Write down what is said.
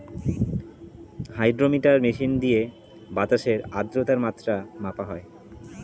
hydrometer machine দিয়ে বাতাসের আদ্রতার মাত্রা মাপা হয়